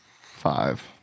five